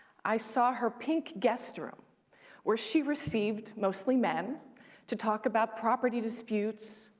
i saw her pink guest room where she received mostly men to talk about property disputes,